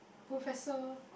professor